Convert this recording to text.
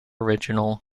original